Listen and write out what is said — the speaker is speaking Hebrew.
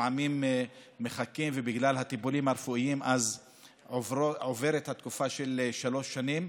לפעמים מחכים ובגלל הטיפולים הרפואיים עוברת התקופה של שלוש שנים,